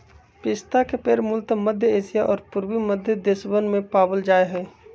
पिस्ता के पेड़ मूलतः मध्य एशिया और पूर्वी मध्य देशवन में पावल जा हई